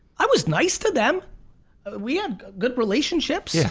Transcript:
i was nice to them we had good relationships, yeah,